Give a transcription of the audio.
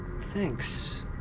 Thanks